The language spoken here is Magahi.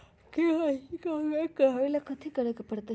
के.वाई.सी के अपडेट करवावेला कथि करें के परतई?